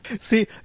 See